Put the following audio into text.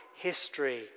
history